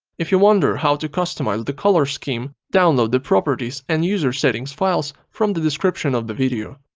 if you wonder how to customize the color scheme, download the properties and user settings files from the description of the video.